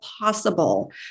possible